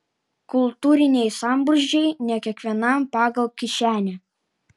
kultūriniai sambrūzdžiai ne kiekvienam pagal kišenę